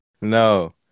No